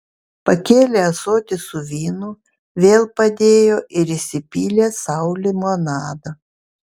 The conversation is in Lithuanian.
pakėlė ąsotį su vynu vėl padėjo ir įsipylė sau limonado